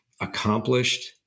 accomplished